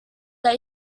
that